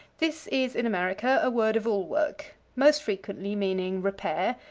this is, in america, a word-of-all-work, most frequently meaning repair,